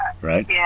right